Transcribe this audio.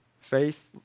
Faith